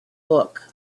book